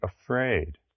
afraid